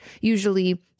usually